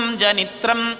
Janitram